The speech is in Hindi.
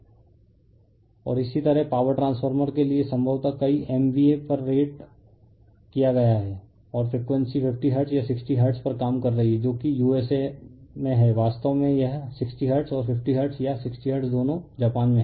रिफर स्लाइड टाइम 1826 और इसी तरह पावर ट्रांसफॉर्मर के लिए संभवतः कई MVA पर रेट किया गया है और फ्रीक्वेंसी 50 हर्ट्ज़ या 60 हर्ट्ज़ पर काम कर रही है जो कि यूएसए है वास्तव में यह 60 हर्ट्ज और 50 हर्ट्ज या 60 हर्ट्ज दोनों जापान में हैं